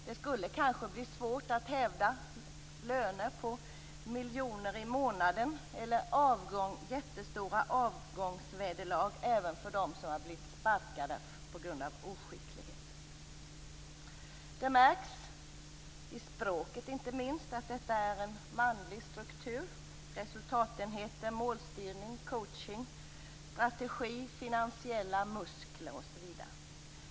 Det skulle kanske annars bli svårt att hävda löner på miljoner i månaden eller jättestora avgångsvederlag även för dem som har blivit sparkade på grund av oskicklighet. Det märks inte minst i språket att detta är en manlig struktur: resultatenheter, målstyrning, coaching, strategi, finansiella muskler osv.